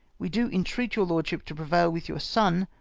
we do entreat your lordship to prevail with your son,